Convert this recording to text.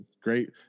great